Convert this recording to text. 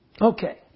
Okay